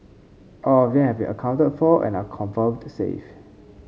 all of them accounted for and are confirmed safe